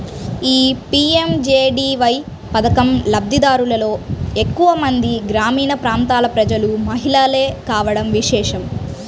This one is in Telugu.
ఈ పీ.ఎం.జే.డీ.వై పథకం లబ్ది దారులలో ఎక్కువ మంది గ్రామీణ ప్రాంతాల ప్రజలు, మహిళలే కావడం విశేషం